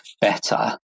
better